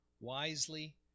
wisely